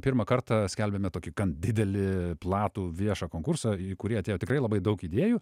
pirmą kartą skelbėme tokį didelį platų viešą konkursą į kurį atėjo tikrai labai daug idėjų